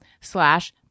slash